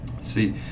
See